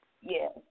Yes